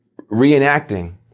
reenacting